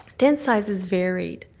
tent sizes varied.